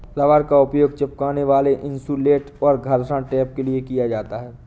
rubber का उपयोग चिपकने वाला इन्सुलेट और घर्षण टेप के लिए किया जाता है